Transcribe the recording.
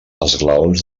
esglaons